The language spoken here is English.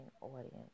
audience